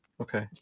Okay